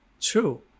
true